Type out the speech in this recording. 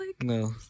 No